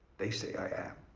they say i am.